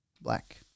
Black